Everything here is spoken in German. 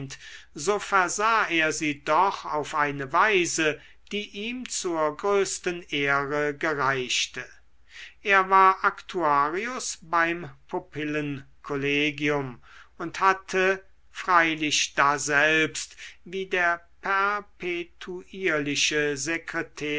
er sie doch auf eine weise die ihm zur größten ehre gereichte er war aktuarius beim pupillenkollegium und hatte freilich daselbst wie der perpetuierliche sekretär